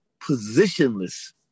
Positionless